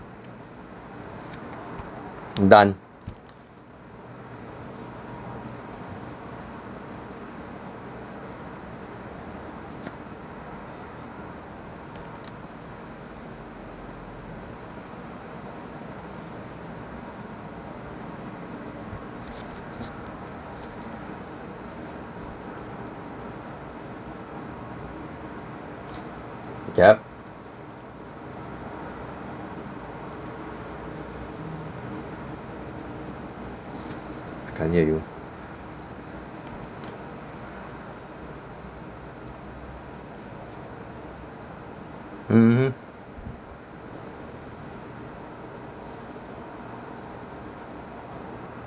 done yup I can't hear you hmm